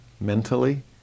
mentally